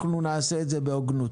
ונעשה את זה באופן הוגן.